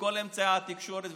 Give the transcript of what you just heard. בכל אמצעי התקשורת,